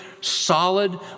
Solid